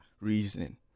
reasoning